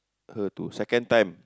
her to second time